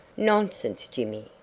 nonsense, jimmy!